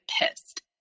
pissed